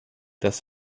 das